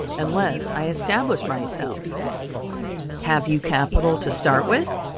unless i establish myself have you capital to start with?